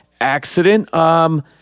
accident